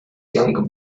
younger